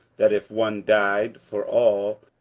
that if one died for all,